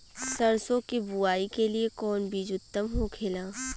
सरसो के बुआई के लिए कवन बिज उत्तम होखेला?